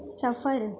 سفر